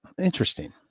Interesting